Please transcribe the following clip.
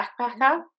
backpacker